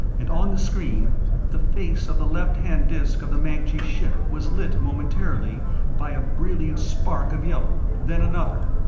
and on the screen the face of the left hand disk of the mancji ship was lit momentarily by a brilliant spark of yellow, then another.